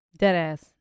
Deadass